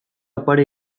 opari